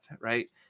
Right